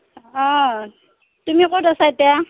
অঁ তুমি কত আছা এতিয়া